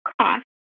cost